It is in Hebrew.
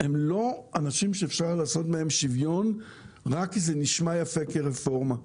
לא לאנשים שאפשר לעשות בהם שוויון רק כי זה נשמע יפה כרפורמה.